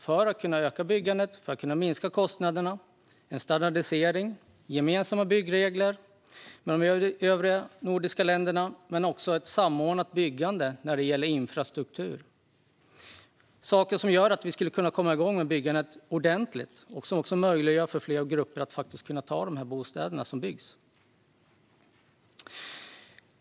Då kan man öka byggandet, minska kostnaderna och få en standardisering, gemensamma byggregler och ett samordnat byggande av infrastruktur med de övriga nordiska länderna. Det är saker som skulle kunna göra så att vi kan komma igång med byggandet ordentligt. Det skulle också möjliggöra för fler grupper att ta de bostäder som byggs.